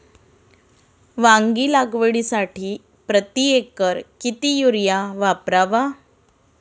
वांगी लागवडीसाठी प्रति एकर किती युरिया वापरावा?